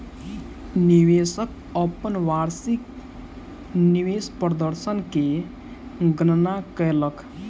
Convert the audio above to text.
निवेशक अपन वार्षिक निवेश प्रदर्शन के गणना कयलक